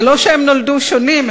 זה לא שהם נולדו שונים,